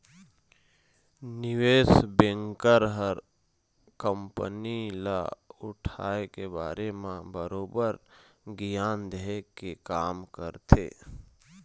निवेस बेंकर ह कंपनी ल उठाय के बारे म बरोबर गियान देय के काम करथे